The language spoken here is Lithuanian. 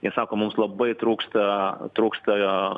jie sako mums labai trūksta trūksta a